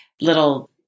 little